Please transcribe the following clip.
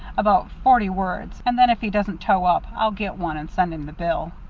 about forty words and then if he doesn't toe up, i'll get one and send him the bill.